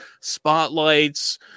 spotlights